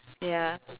ya